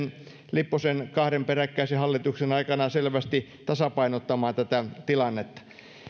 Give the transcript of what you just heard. lipposen kahden peräkkäisen hallituksen aikana selvästi tasapainottamaan